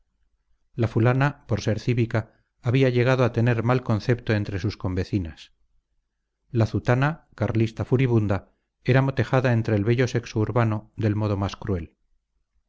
la fulana por ser cívica había llegado a tener mal concepto entre sus convecinas la zutana carlista furibunda era motejada entre el bello sexo urbano del modo más cruel